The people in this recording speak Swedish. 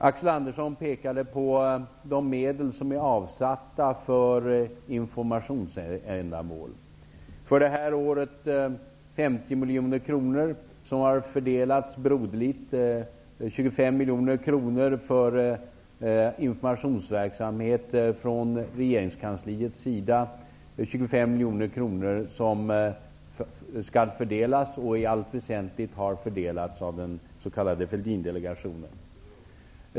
Axel Andersson påpekade att medel har avsatts för informationsändamål, 50 miljoner kronor för det här året som har fördelats broderligt så, att 25 miljoner kronor går till informationsverksamhet från regeringskansliets sida och 25 miljoner i allt väsentligt fördelas av den s.k. Fälldindelegationen.